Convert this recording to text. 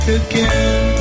again